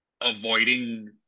avoiding